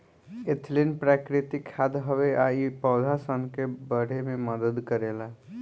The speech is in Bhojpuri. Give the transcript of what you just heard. एथलीन प्राकृतिक खाद हवे आ इ पौधा सन के बढ़े में मदद करेला